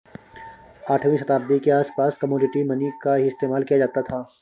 आठवीं शताब्दी के आसपास कोमोडिटी मनी का ही इस्तेमाल किया जाता था